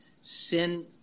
sin